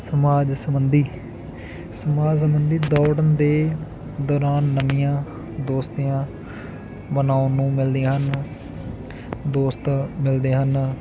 ਸਮਾਜ ਸਬੰਧੀ ਸਮਾਜ ਸੰਬੰਧੀ ਦੌੜਨ ਦੇ ਦੌਰਾਨ ਨਵੀਆਂ ਦੋਸਤੀਆਂ ਬਣਾਉਣ ਨੂੰ ਮਿਲਦੀਆਂ ਹਨ ਦੋਸਤ ਮਿਲਦੇ ਹਨ